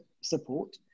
support